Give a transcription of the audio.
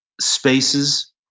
spaces